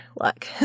luck